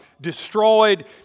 destroyed